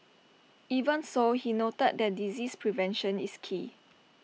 even so he noted that disease prevention is key